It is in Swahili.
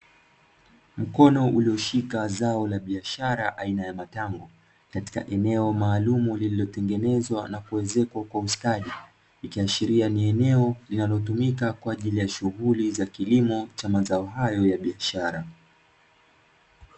Mkono ulioshika zao la biashara aina ya matango, katika eneo maalumu lililotengenezwa na kuezekwa kwa ustadi. Ikiashiria ni eneo linalotumika kwa ajili ya shughuli za kilimo cha mazao hayo ya biashara.